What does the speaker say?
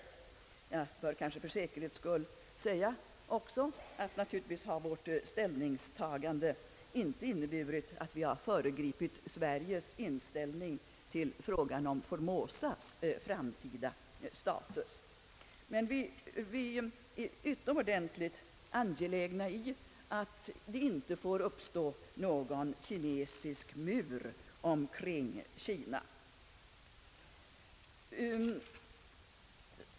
Jag bör kanske för säkerhets skull också säga, att vårt ställningstagande naturligtvis inte har inneburit att vi har föregripit Sveriges inställning till frågan om Formosas framtida status. Vi är emellertid utomordentligt angelägna om att det inte får uppstå någon »kinesisk mur» kring Kina.